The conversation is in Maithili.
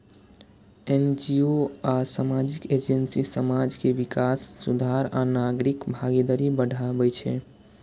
एन.जी.ओ आ सामाजिक एजेंसी समाज के विकास, सुधार आ नागरिक भागीदारी बढ़ाबै छै